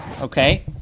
okay